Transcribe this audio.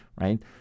right